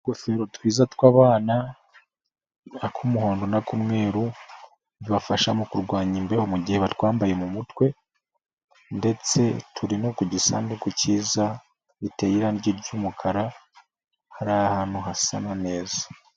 Utugofero twiza tw'abana, harimo ak'umuhondo n'ak'umweru, bibafasha mu kurwanya imbeho mu gihe batwambaye mu mutwe, ndetse turi no ku gisaduku cyiza, giteye irangi ry'umukara, hari ahantu hasa na neza.